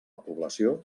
població